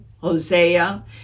Hosea